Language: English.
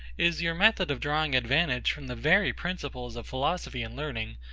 is your method of drawing advantage from the very principles of philosophy and learning,